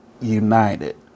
united